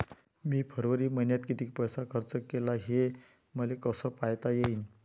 मी फरवरी मईन्यात कितीक पैसा खर्च केला, हे मले कसे पायता येईल?